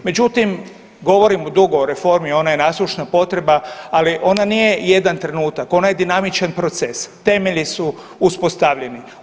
Međutim, govorim dugo o reformi ona je nasušna potreba, ali ona nije jedan trenutak, ona je dinamičan proces, temelji su uspostavljeni.